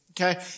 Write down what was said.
okay